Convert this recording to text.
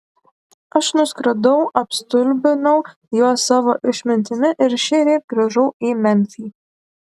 aš nuskridau apstulbinau juos savo išmintimi ir šįryt grįžau į memfį